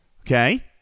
Okay